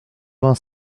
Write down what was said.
vingt